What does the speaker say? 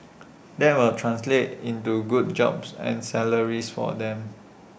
that will translate into good jobs and salaries for them